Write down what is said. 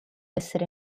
essere